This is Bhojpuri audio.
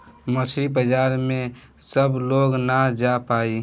मछरी बाजार में सब लोग ना जा पाई